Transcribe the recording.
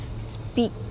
speak